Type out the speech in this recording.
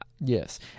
Yes